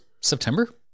September